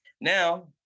Now